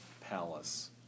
palace